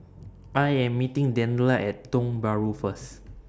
I Am meeting Daniela At Tiong Bahru First